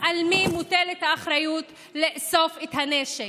על מי מוטלת האחריות לאסוף את הנשק.